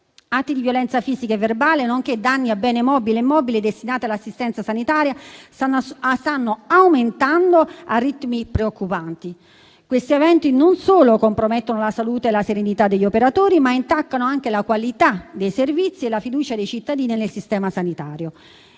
Atti di violenza fisica e verbale, nonché danni a beni mobili e immobili destinati all'assistenza sanitaria stanno aumentando a ritmi preoccupanti. Questi eventi non solo compromettono la salute e la serenità degli operatori, ma intaccano anche la qualità dei servizi e la fiducia dei cittadini nel sistema sanitario.